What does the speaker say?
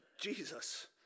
Jesus